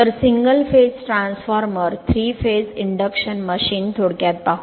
तर single phase transformer 3 phase induction machine थोडक्यात पाहू